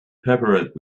peppered